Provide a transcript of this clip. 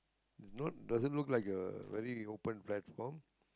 there is no doesn't look like a very open platform